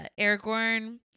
Aragorn